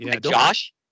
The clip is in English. Josh